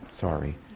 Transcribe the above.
sorry